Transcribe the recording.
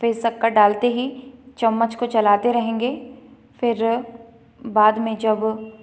फिर शक्कर डालते ही चम्मच को चलाते रहेंगे फिर बाद में जब